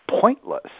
pointless